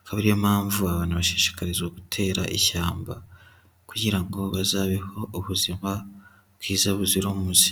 Akaba ariyo mpamvu abantu bashishikarizwa gutera ishyamba kugira ngo bazabeho ubuzima bwiza buzira umuze.